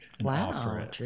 wow